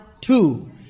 two